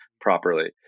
properly